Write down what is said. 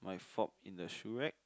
my fob in the shoe rack